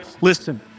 Listen